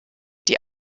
die